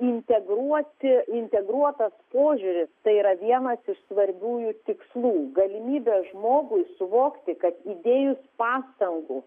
integruoti integruotas požiūris tai yra vienas iš svarbiųjų tikslų galimybė žmogui suvokti kad įdėjus pastangų